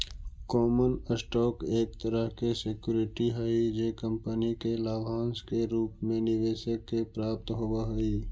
common stock एक तरह के सिक्योरिटी हई जे कंपनी के लाभांश के रूप में निवेशक के प्राप्त होवऽ हइ